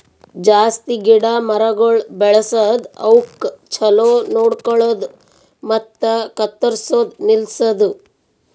ಜಾಸ್ತಿ ಗಿಡ ಮರಗೊಳ್ ಬೆಳಸದ್, ಅವುಕ್ ಛಲೋ ನೋಡ್ಕೊಳದು ಮತ್ತ ಕತ್ತುರ್ಸದ್ ನಿಲ್ಸದು